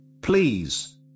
Please